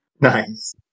Nice